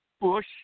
bush